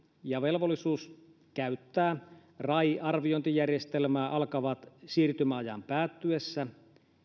ja velvollisuus käyttää rai arviointijärjestelmää alkavat siirtymäajan päättyessä